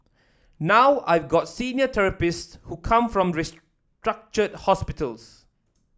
now I've got senior therapists who come from restructured hospitals